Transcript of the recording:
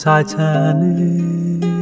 Titanic